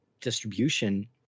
distribution